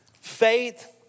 Faith